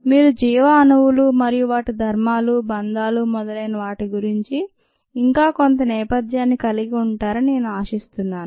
మీరు జీవ అణువులు మరియు వాటి ధర్మాలు బంధాలు మొదలైనవాటి గురించి ఇంకా కొంత నేపథ్యాన్ని కలిగి ఉంటారని నేను ఆశిస్తున్నాను